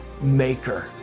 maker